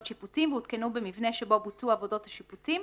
שיפוצים והותקנו במבנה שבו בוצעו עבודות השיפוצים,